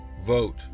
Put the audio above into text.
vote